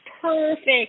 perfect